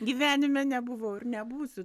gyvenime nebuvau ir nebūsiu